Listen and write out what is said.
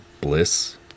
bliss